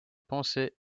pensée